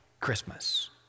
Christmas